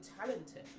talented